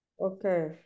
okay